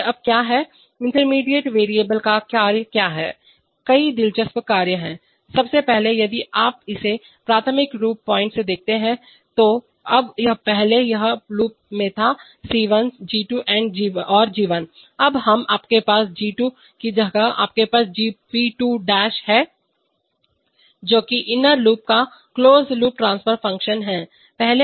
अब क्या है इंटरमीडिएट वेरिएबल का कार्य क्या है कई दिलचस्प कार्य हैं सबसे पहले यदि आप इसे प्राथमिक लूप पॉइंट से देखते हैं तो अब पहले यह लूप में था C1 Gp2 और Gp1 अब हम आपके पास Gp2 की जगह है आपके पास Gp2 है जो कि इस इनर लूप का क्लोज लूप ट्रांसफर फ़ंक्शन है पहले आपके पास केवल यह gp2 था